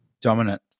Dominant